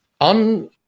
on